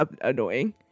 annoying